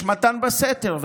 יש מתן בסתר.